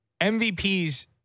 MVPs